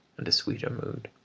and a sweeter mood.